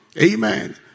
Amen